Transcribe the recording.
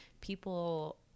people